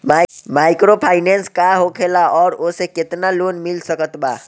Microfinance का होखेला और ओसे केतना लोन मिल सकत बा?